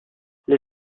les